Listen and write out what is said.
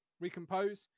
Recompose